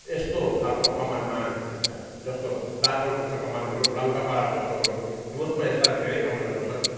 यस्तो खाले कमानमा जस्तो बाकड जस्तो कमानहरू लङ्कापाडाहरू जस्तोहरू डुवर्समा यस्ता धेरै कमानहरू छन्